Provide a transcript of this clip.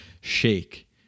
shake